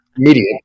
Immediate